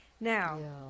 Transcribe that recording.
Now